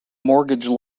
mortgage